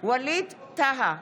ווליד טאהא,